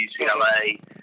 UCLA